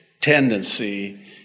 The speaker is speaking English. tendency